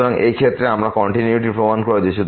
সুতরাং সেই ক্ষেত্রে আমরা কন্টিনিউয়িটি প্রমাণ করেছি